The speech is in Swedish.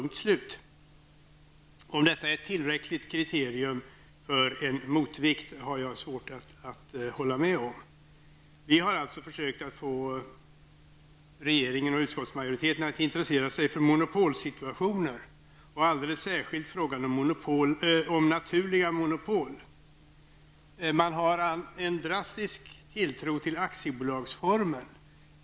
Att detta skulle vara ett tillräckligt kriterium på motvikt har jag svårt att hålla med om. Vi har alltså försökt att få regeringen och utskottsmajoriteten att intressera sig för monopolsituationer, och alldeles särskilt frågan om naturliga monopol. Man har en drastisk tilltro till aktiebolagsformer.